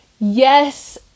Yes